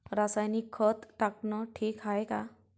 रासायनिक खत टाकनं ठीक हाये का?